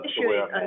issuing